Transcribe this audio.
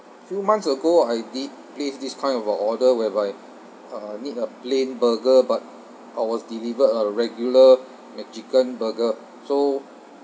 few months ago I did place this kind of a order whereby uh I need a plain burger but I was delivered a regular mcchicken burger so